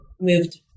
moved